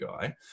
guy